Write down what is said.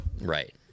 Right